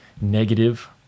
negative